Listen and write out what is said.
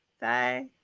Bye